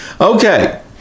Okay